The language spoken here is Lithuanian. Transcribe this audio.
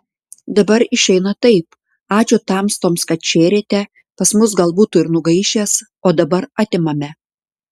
dabar išeina taip ačiū tamstoms kad šėrėte pas mus gal būtų ir nugaišęs o dabar atimame